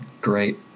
great